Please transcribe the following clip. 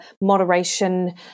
moderation